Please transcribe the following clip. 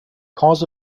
cause